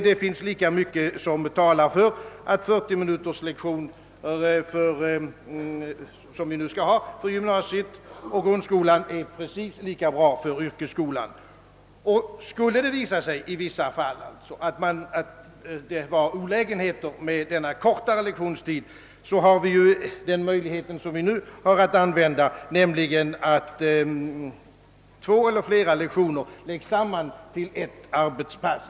Det finns lika mycket som talar för att 40-minuterslektioner, som vi nu skall ha i gymnasiet och grundskolan, skulle passa precis lika bra i yrkesskolan. Om det i vissa fall innebär olägenheter med denna kortare lektionstid, så har vi ju samma möjlighet som nu att lägga samman två eller flera lektioner till ett arbetspass.